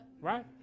right